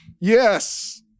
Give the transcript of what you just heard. Yes